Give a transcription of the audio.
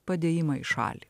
padėjimą į šalį